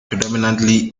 predominantly